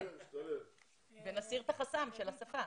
ישתלב ונסיר את החסם של השפה.